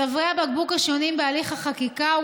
צווארי הבקבוק השונים בהליך החקיקה,